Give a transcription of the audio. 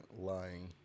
lying